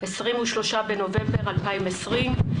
23 בנובמבר 2020,